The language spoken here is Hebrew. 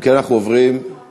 אם כן, אנחנו עוברים להצבעה